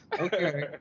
Okay